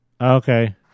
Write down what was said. Okay